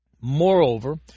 Moreover